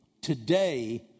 today